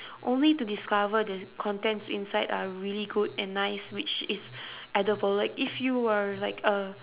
only to discover the contents inside are really good and nice which is edible like if you were like a